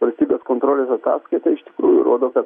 valstybės kontrolės ataskaita iš tikrųjų rodo kad